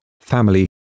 family